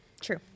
true